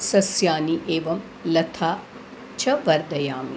सस्यानि एवं लता च वर्धयामि